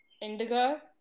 Indigo